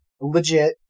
Legit